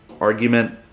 argument